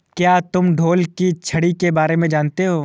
क्या तुम ढोल की छड़ी के बारे में जानते हो?